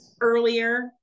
earlier